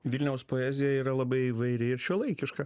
vilniaus poezija yra labai įvairi ir šiuolaikiška